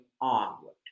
onward